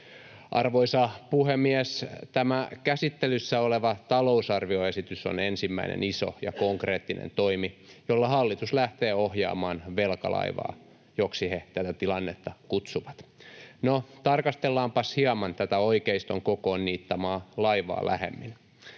Arvoisa puhemies! Tämä käsittelyssä oleva talousarvioesitys on ensimmäinen iso ja konkreettinen toimi, jolla hallitus lähtee ohjaamaan velkalaivaa, joksi he tätä tilannetta kutsuvat. No, tarkastellaanpas tätä oikeiston kokoon niittaamaa laivaa hieman